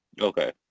Okay